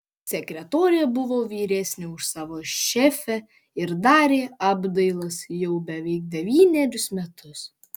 sekretorė buvo vyresnė už savo šefę ir darė apdailas jau beveik devynerius metus